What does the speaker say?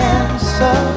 answer